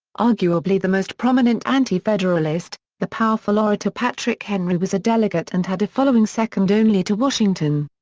arguably the most prominent anti-federalist, the powerful orator patrick henry was a delegate and had a following second only to washington.